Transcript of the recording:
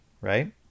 right